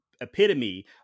epitome